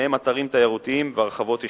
וביניהם אתרים תיירותיים והרחבות יישובים.